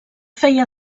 feia